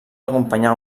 acompanyar